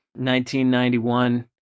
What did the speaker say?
1991